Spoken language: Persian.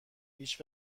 هیچ